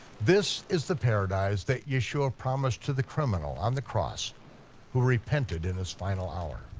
this is the paradise that yeshua promised to the criminal on the cross who repented in his final hour.